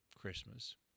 Christmas